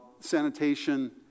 Sanitation